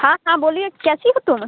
हाँ हाँ बोलिए कैसी हो तुम